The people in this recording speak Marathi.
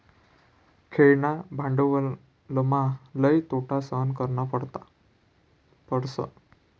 खेळणा भांडवलमा लई तोटा सहन करना पडस